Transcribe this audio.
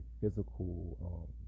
physical